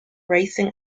racing